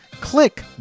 Click